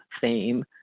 theme